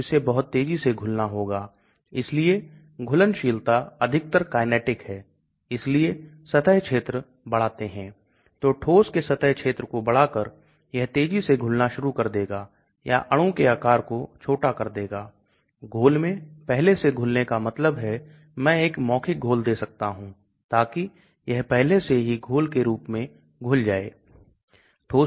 फिर मॉलिक्यूल आवेश का वितरण होता है इसलिए यदि आवेश वितरण यदि आवेशित है तो निश्चित रूप से यह अधिक ध्रुवीय होगा इसलिए यह कम लिपोफिलिक होगा यह पारगम्य नहीं हो सकता है लेकिन इसमें अच्छी घुलनशीलता हो सकती है